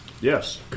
Yes